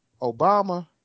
Obama